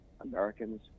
Americans